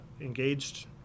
engaged